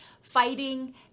fighting